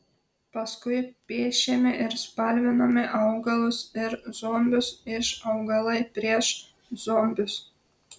paskui piešėme ir spalvinome augalus ir zombius iš augalai prieš zombius